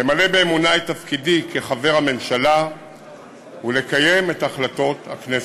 למלא באמונה את תפקידי כחבר הממשלה ולקיים את החלטות הכנסת.